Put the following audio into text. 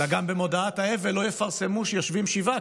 אלא גם במודעת האבל לא יפרסמו שיושבים שבעה,